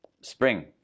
spring